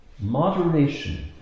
moderation